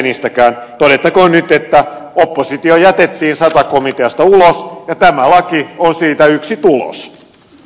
todettakoon nyt että oppositio jätettiin sata komiteasta ulos ja tämä laki on siitä yksi tulos